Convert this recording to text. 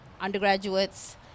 undergraduates